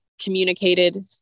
communicated